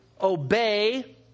obey